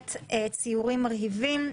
ציורים מרהיבים,